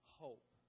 hope